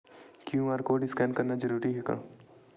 QR code scan करना जरूरी हे का?